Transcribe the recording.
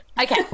Okay